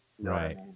Right